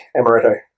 amaretto